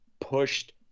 pushed